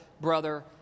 brother